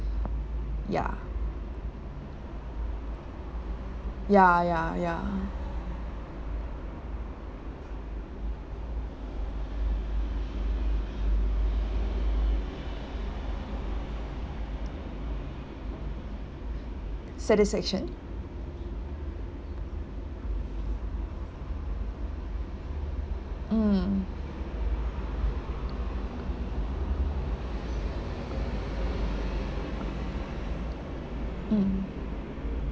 ya ya ya ya satisfaction mm mm